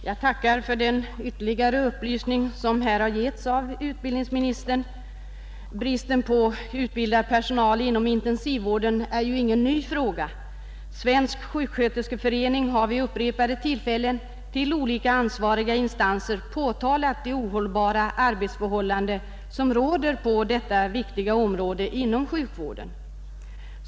Fru talman! Jag tackar för den ytterligare upplysning som här har lämnats av utbildningsministern. Bristen på utbildad personal inom intensivvården är ju ingen ny företeelse. Svensk sjuksköterskeförening har vid upprepade tillfällen hos olika ansvariga instanser påtalat de ohållbara arbetsförhållanden som råder på detta viktiga område inom sjukvården.